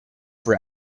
for